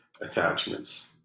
attachments